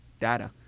data